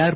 R